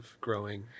growing